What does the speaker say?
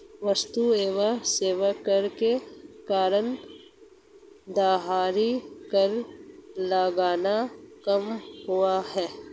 वस्तु एवं सेवा कर के कारण दोहरा कर लगना कम हुआ है